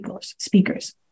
speakers